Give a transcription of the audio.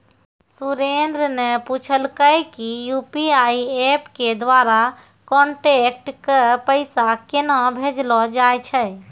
सुरेन्द्र न पूछलकै कि यू.पी.आई एप्प के द्वारा कांटैक्ट क पैसा केन्हा भेजलो जाय छै